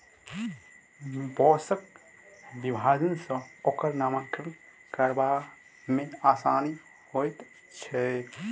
बाँसक विभाजन सॅ ओकर नामकरण करबा मे आसानी होइत छै